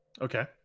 Okay